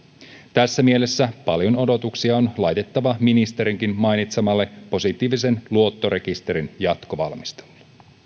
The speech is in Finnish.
tässä mielessä paljon odotuksia on laitettava ministerinkin mainitsemalle positiivisen luottorekisterin jatkovalmistelulle